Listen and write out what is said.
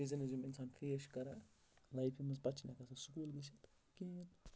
reasons یِم اِنسان face چھِ کَران لایک ییٚمہِ منٛز پَتہٕ چھِنہٕ ہٮ۪کان سُہ سکوٗل گٔژھِتھ کِہیٖنۍ